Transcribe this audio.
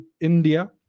India